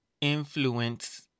influence